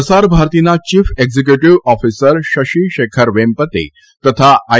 પ્રસારભારતીના chief executive officer Shashi Shekhar Vempati તથા I